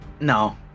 No